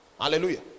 hallelujah